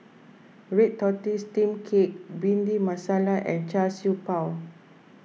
Red Tortoise Steamed Cake Bhindi Masala and Char Siew Bao